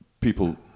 people